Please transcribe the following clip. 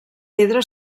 pedra